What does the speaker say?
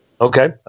Okay